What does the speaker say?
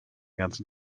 ganzen